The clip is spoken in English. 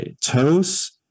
toes